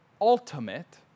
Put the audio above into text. ultimate